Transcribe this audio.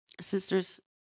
sister's